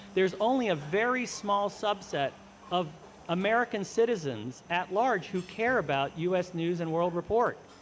there's only a very small subset of american citizens at large who care about u s. news and world report.